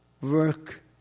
work